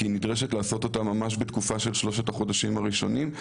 כי נדרש לעשות אותה ממש בתקופה של שלושת החודשים הראשונים.